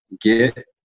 Get